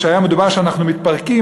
שהיה מדובר שאנחנו מתפרקים,